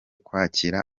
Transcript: kwakira